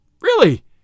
Really